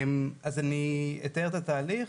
אז אני אתאר את התהליך,